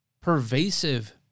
pervasive